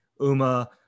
uma